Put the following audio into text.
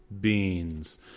beans